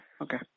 Okay